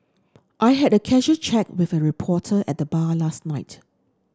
I had a casual chat with a reporter at the bar last night